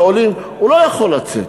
הוא לא יכול לצאת.